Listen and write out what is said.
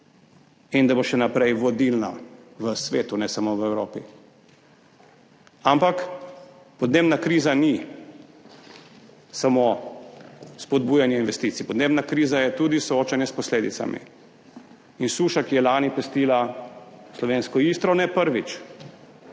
in da bo še naprej vodilna v svetu, ne samo v Evropi. Ampak podnebna kriza ni samo spodbujanje investicij, podnebna kriza je tudi soočanje s posledicami. In suša, ki je lani pestila slovensko Istro, ne prvič,